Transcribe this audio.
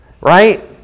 right